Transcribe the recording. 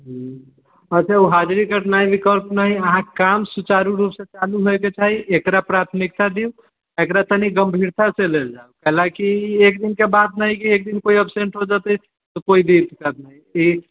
अच्छा ओ हाजिरी के ओतना रिकौल्स नही अहाँ काम सुचारू रूप से चालू होइ के चाही एकरा प्राथमिकता दियौ एकरा तनी गंभीरता से लेल जाय हलांकि एक दिन के बात नहि हय कि एक दिन कोइ एब्सेंट हो जेतै तऽ कोइ दिस दैट नहि ठीक